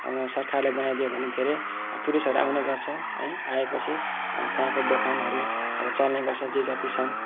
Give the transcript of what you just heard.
सरकारले बनाइदियो भने धेरै टुरिस्टहरू आउने गर्छ है आएपछि त्यहाँको दोकानहरू अब चल्ने गर्छ जे जति छन्